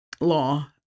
law